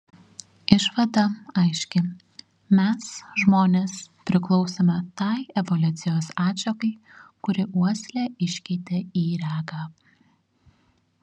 išvada aiški mes žmonės priklausome tai evoliucijos atšakai kuri uoslę iškeitė į regą